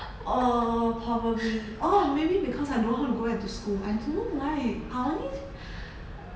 oh probably oh maybe because I don't know how to go back to school I don't know why I only